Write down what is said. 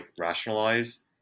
rationalize